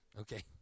okay